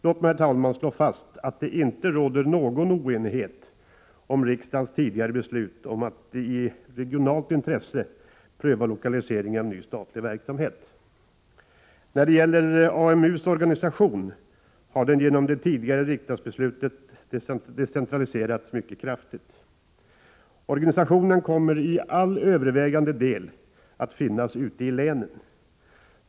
Låt mig, herr talman, slå fast att det inte råder någon oenighet om riksdagens tidigare beslut att i regionalt intresse pröva lokalisering av ny statlig verksamhet. AMU:s organisation har genom det tidigare riksdagsbeslutet decentraliserats mycket kraftigt. Organisationen kommer till helt övervägande del att finnas ute i länen.